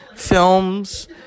films